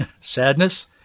sadness